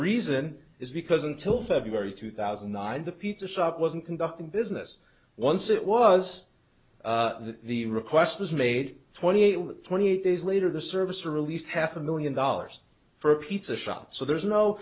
reason is because until february two thousand and nine the pizza shop wasn't conducting business once it was the request was made twenty eight twenty days later the service released half a million dollars for a pizza shop so there's no